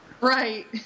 right